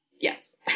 Yes